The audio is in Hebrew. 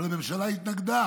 אבל הממשלה התנגדה